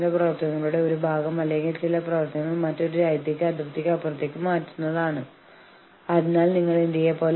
ചിലപ്പോൾ അവരുടെ ഉൽപ്പാദന പ്രവർത്തനങ്ങൾ ഒരു ബാക്കപ്പ് സൌകര്യത്തിലേക്ക് മാറ്റുകയും ചെയ്യും